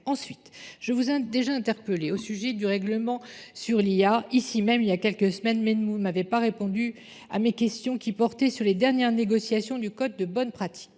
Ensuite, je vous ai déjà interpellé au sujet du règlement sur l'IA. Ici même, il y a quelques semaines, Menemou n'avait pas répondu à mes questions qui portaient sur les dernières négociations du Code de Bonne Pratique.